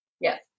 Yes